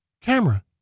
camera